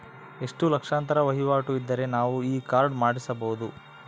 ಎಷ್ಟು ಲಕ್ಷಾಂತರ ವಹಿವಾಟು ಇದ್ದರೆ ನಾವು ಈ ಕಾರ್ಡ್ ಮಾಡಿಸಬಹುದು?